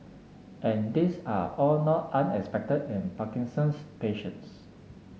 and these are all not unexpected in Parkinson's patients